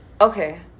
okay